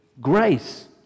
grace